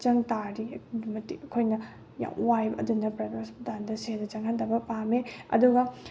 ꯆꯪ ꯇꯥꯔꯗꯤ ꯑꯗꯨꯛꯀꯤ ꯃꯇꯤꯛ ꯑꯩꯈꯣꯏꯅ ꯌꯥꯝ ꯋꯥꯏꯑꯕ ꯑꯗꯨꯅ ꯍꯣꯁꯄꯤꯇꯥꯟꯗ ꯁꯦꯜꯁꯦ ꯆꯪꯍꯟꯗꯕ ꯄꯥꯝꯃꯦ ꯑꯗꯨꯒ